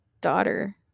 daughter